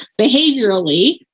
behaviorally